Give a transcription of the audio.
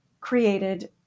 created